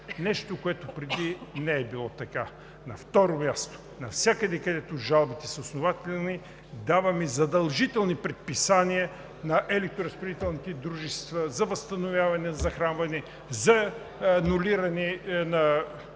нещо, което преди не е било така. На второ място, навсякъде, където жалбите са основателни, даваме задължителни предписания на електроразпределителните дружества за възстановяване, захранване, за нулиране на